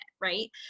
right